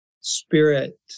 Spirit